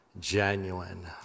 genuine